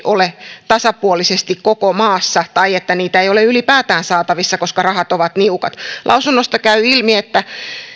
ole tasapuolisesti koko maassa tai että niitä ei ole ylipäätään saatavissa koska rahat ovat niukat lausunnosta käy ilmi että